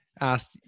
asked